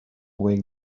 wake